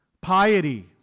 piety